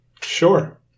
Sure